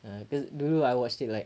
ah cause dulu I watched it like